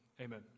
Amen